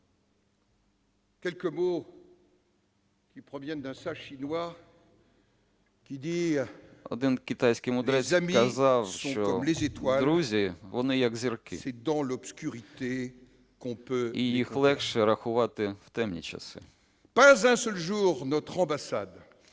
Один китайський мудрець казав, що друзі, вони, як зірки, і їх легше рахувати в темні часи.